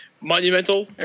monumental